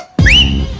free?